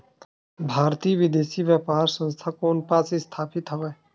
भारतीय विदेश व्यापार संस्था कोन पास स्थापित हवएं?